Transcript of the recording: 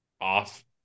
off